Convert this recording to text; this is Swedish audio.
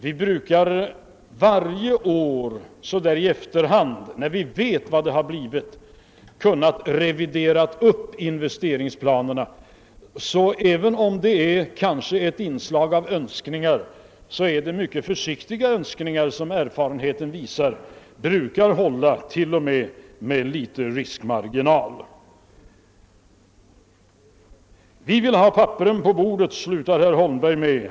Vi har varje år i efterhand — när vi känt till hur stora investeringarna blivit — kunnat justera upp investeringsplanerna. Även om svaret på frågorna har ett inslag av önsketänkande är det fråga om mycket försiktiga önskningar som erfarenheten visar brukar hålla t.o.m. med litet riskmarginal. Vi vill ha papperen på bordet, sade herr Holmberg.